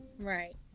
right